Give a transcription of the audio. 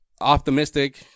optimistic